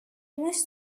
must